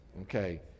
Okay